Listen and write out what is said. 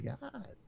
God